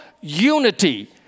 unity